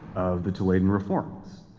of the toledan reforms.